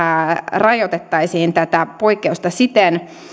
rajoitettaisiin tätä poikkeusta siten